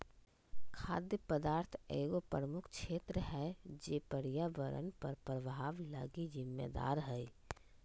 खाद्य उत्पादन एगो प्रमुख क्षेत्र है जे पर्यावरण पर प्रभाव लगी जिम्मेदार हइ